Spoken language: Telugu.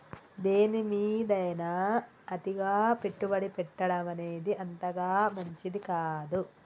దేనిమీదైనా అతిగా పెట్టుబడి పెట్టడమనేది అంతగా మంచిది కాదు